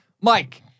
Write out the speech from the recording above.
Mike